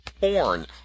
porn